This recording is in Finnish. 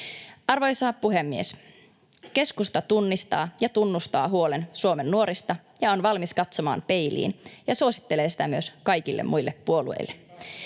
Arvoisa puhemies! Keskusta tunnistaa ja tunnustaa huolen Suomen nuorista ja on valmis katsomaan peiliin ja suosittelee sitä myös kaikille muille puolueille.